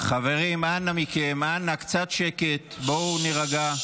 חברים, אנא מכם, אנא, קצת שקט, בואו נירגע.